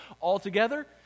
Altogether